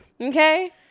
Okay